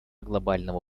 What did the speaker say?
глобального